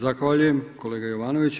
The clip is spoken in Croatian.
Zahvaljujem kolega Jovanović.